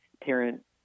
parent